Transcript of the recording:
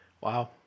Wow